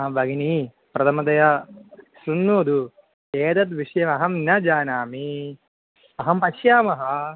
हा भगिनी प्रथमतया शृणोतु एतद् विषयमहं न जानामि अहं पश्यामः